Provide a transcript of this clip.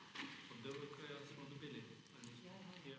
Hvala